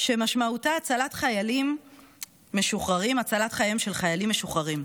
שמשמעותה הצלת חייהם של חיילים משוחררים.